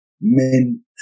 men